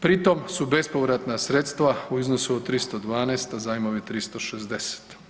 Pri tom su bespovratna sredstva u iznosu od 312, a zajmovi 360.